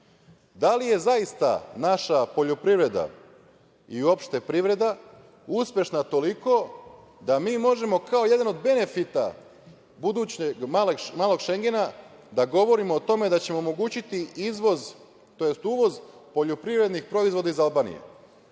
li je zaista naša poljoprivreda i uopšte privreda uspešna toliko da mi možemo kao jedan od benefita budućeg „malog Šengena“ da govorimo o tome da ćemo omogućiti izvoz, tj. uvoz poljoprivrednih proizvoda iz Albanije?